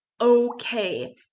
okay